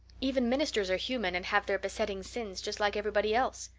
even ministers are human and have their besetting sins just like everybody else.